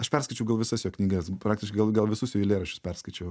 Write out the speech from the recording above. aš perskaičiau gal visas jo knygas praktiškai gal gal visus jo eilėraščius perskaičiau